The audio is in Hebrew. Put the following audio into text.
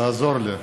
תעזור לי.